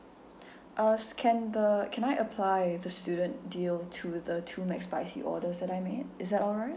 uh s~ can the can I apply the student deal to the two McSpicy orders that I made is that alright